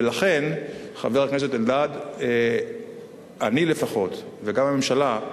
ולכן, חבר הכנסת אלדד, אני לפחות, וגם הממשלה,